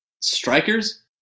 Strikers